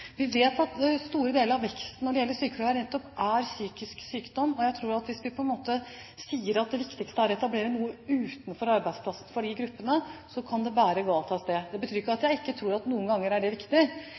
Vi vet at store deler av veksten når det gjelder sykefravær, nettopp er psykisk sykdom, og jeg tror at hvis vi sier at det viktigste er å etablere noe utenfor arbeidsplassen for de gruppene, kan det bære galt av sted. Det betyr ikke at